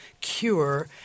cure